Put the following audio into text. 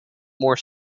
more